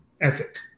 ethic